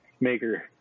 maker